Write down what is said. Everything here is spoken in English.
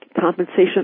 compensation